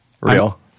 Real